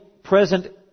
present